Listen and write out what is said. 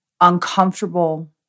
uncomfortable